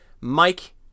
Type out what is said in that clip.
Mike